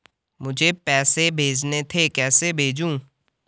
मुझे पैसे भेजने थे कैसे भेजूँ?